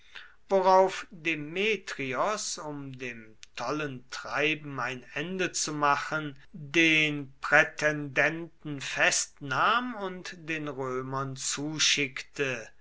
worauf demetrios um dem tollen treiben ein ende zu machen den prätendenten festnahm und den römern zuschickte